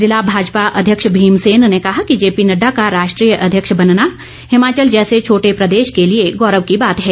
जिला भाजपा अध्यक्ष भीमसेन ने कहा कि जेपी नड्डा का राष्ट्रीय अध्यक्ष बनना हिमाचल जैसे छोटे प्रदेश के लिए गौरव की बात है